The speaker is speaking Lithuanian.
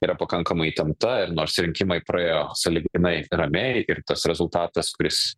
yra pakankamai įtempta ir nors rinkimai praėjo sąlyginai ramiai ir tas rezultatas kuris